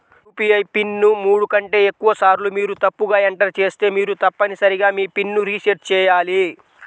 UPI pin ను మూడు కంటే ఎక్కువసార్లు మీరు తప్పుగా ఎంటర్ చేస్తే మీరు తప్పనిసరిగా మీ పిన్ ను రీసెట్ చేయాలి